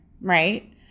right